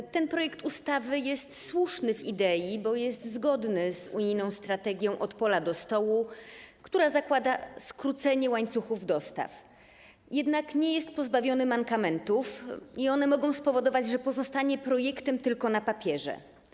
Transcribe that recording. Idea tego projektu ustawy jest słuszna, bo jest zgodna z unijną strategią: od pola do stołu, która zakłada skrócenie łańcuchów dostaw, jednak projekt nie jest pozbawiony mankamentów i one mogą spowodować, że pozostanie projektem tylko na papierze.